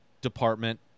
department